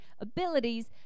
abilities